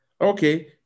Okay